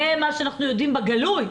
זה מה שאנחנו יודעים בגלוי.